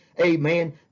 amen